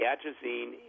Atrazine